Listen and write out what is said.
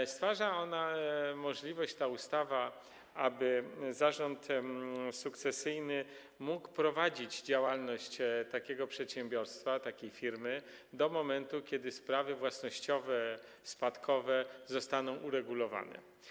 Ta ustawa stwarza możliwość, aby zarząd sukcesyjny mógł prowadzić działalność takiego przedsiębiorstwa, takiej firmy do momentu, kiedy sprawy własnościowe, spadkowe zostaną uregulowane.